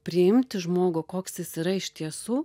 priimti žmogų koks jis yra iš tiesų